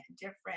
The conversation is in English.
different